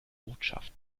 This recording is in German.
botschaft